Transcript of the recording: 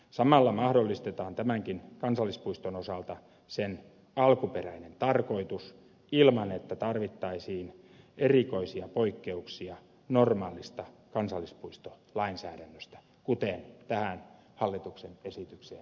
samalla mahdollistetaan tämänkin kansallispuiston osalta sen alkuperäinen tarkoitus ilman että tarvittaisiin erikoisia poikkeuksia normaalista kansallispuistolainsäädännöstä kuten tähän hallituksen esitykseen nyt on sisällytetty